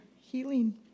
healing